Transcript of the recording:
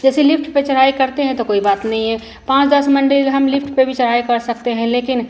जैसे लिफ़्ट पर चढ़ाई करते हैं तो कोई बात नहीं है पाँच दस मींड़ हम लिफ़्ट पर भी चढ़ाई कर सकते हैं लेकिन